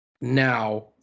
Now